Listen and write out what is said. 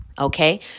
okay